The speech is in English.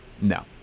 No